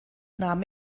nahm